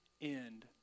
end